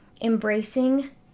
embracing